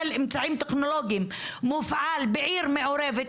אמצעים טכנולוגיים מופעל בעיר מעורבת,